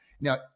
now